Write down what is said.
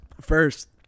First